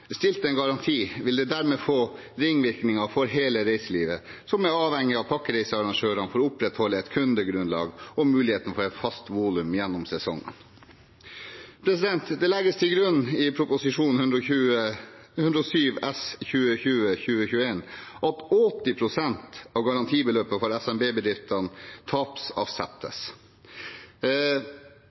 stilt en garanti, vil det dermed få ringvirkninger for hele reiselivet, som er avhengig av pakkereisearrangørene for å opprettholde et kundegrunnlag og muligheten for et fast volum gjennom sesongene. Det legges til grunn i Prop. 107 S for 2020–2021 at 80 pst. av garantibeløpet for